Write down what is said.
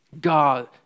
God